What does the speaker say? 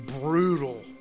brutal